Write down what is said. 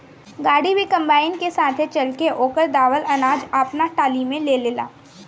गाड़ी भी कंबाइन के साथे चल के ओकर दावल अनाज आपना टाली में ले लेला